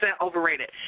overrated